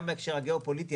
גם בהקשר הגאופוליטי,